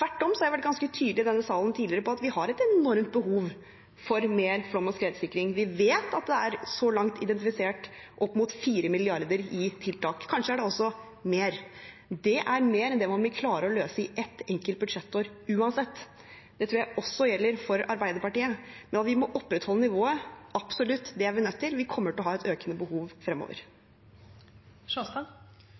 Tvert om har jeg vært ganske tydelig i denne salen tidligere på at vi har et enormt behov for mer flom- og skredsikring. Vi vet at det så langt er identifisert opp mot 4 mrd. kr i tiltak. Kanskje er det også mer. Det er mer enn det man vil klare å løse i ett enkelt budsjettår uansett. Det tror jeg også gjelder for Arbeiderpartiet. Ja, vi må opprettholde nivået, absolutt – det er vi nødt til, vi kommer til å ha et økende behov fremover.